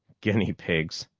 guinea pigs,